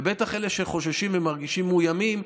בטח אלה שחוששים ומרגישים מאוימים,